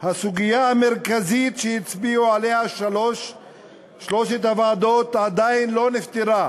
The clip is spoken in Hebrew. הסוגיה המרכזית שהצביעו עליה שלוש הוועדות עדיין לא נפתרה,